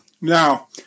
Now